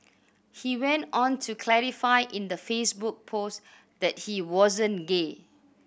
he went on to clarify in the Facebook post that he wasn't gay